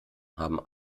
haben